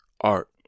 art